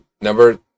number